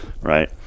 right